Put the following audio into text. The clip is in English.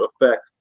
effect